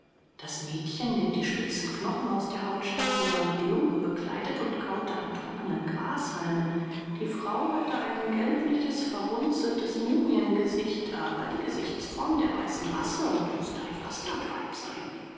das mädchen dem die spitzen knochen aus der haut standen war mit lumpen bekleidet und kaute an trocknen grashalmen die frau hatte ein gelbliches verrunzeltes mumiengesicht aber die gesichtsform der weißen rasse und mußte ein bastardweib sein